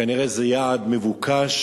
כנראה זה יעד מבוקש